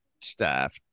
staff